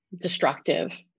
destructive